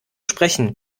sprechen